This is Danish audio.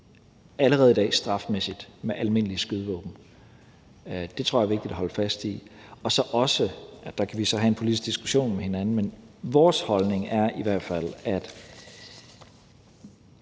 allerede i dag strafmæssigt med almindelige skydevåben. Det tror jeg er vigtigt at holde fast i, og så, og der kan vi så have en politisk diskussion med hinanden, er vores holdning i hvert fald, at